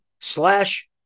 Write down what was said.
slash